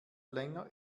länger